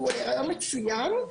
הוא רעיון מצוין.